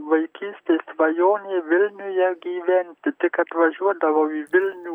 vaikystės svajonė vilniuje gyventi tik atvažiuodavau į vilnių